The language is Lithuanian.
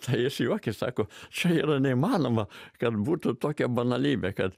tai jis juokias sako čia neįmanoma kad būtų tokia banalybė kad